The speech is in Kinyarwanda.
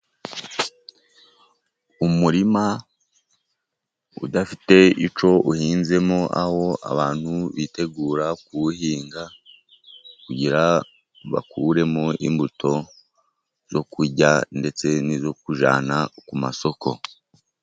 Umurima udafite icyo uhinzemo, aho abantu bitegura kuwuhinga kugira bakuremo imbuto zo kurya, ndetse n'izo kujyana ku masoko.